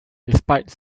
despite